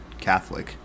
Catholic